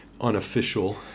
unofficial